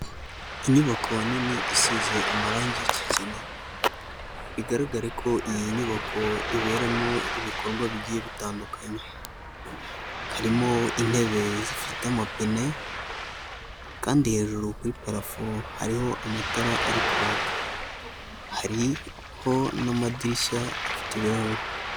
Inyubako nini isize amarangi y'ikigina bigaragare ko iyi nyubako iberamo ibikorwa bigiye bitandukanye, haririmo intebe zifite amapine, kandi hejuru kuri parafo hariho amatara ari kwaka, hariho n'amadirishya afite ibirahure.